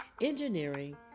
Engineering